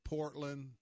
Portland